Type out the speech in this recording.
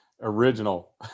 Original